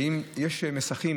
האם יש מסכים,